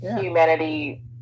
humanity